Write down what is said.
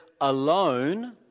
alone